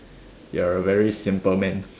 you are a very simple man